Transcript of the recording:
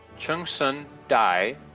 chung-hsun dai,